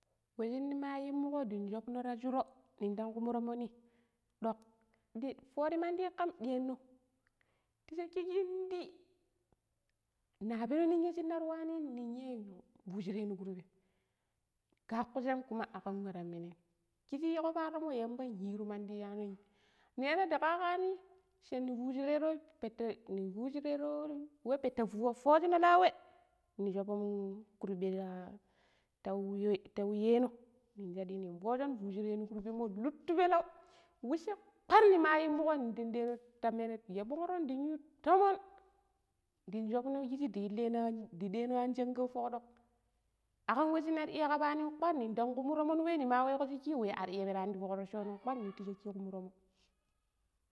﻿We shine ma yimoko dang shopno ta shura nin dan kun tromoni, dok foori mandi kam, diyano ta cakki kindi na peno ninya shiner ywani ni yi nfushire kurbem, ga kusham kuma akan wetaminem kiji yiko paronmo yamba nyiru mandi iyamu ni yeno nda kaakani shane fushire pette ni fushirero pette fushina laawe ni shubun kurbe tawu yeeno ning shadi nin fushon nfushire no kurbenmo luttu peleu, wece kpar nima yimuko nindang ɗa tameret ya ɓongro da yu tomon dan shobno kishi da ɗe no an chagau fookɗok akkam wa shinnar iya kaɓa nim. kwar ninda kumu troomon wei nima weko shiki wa a arpirani ta fok rocconom kpar ni ta shaaki kuma tomon.